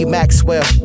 Maxwell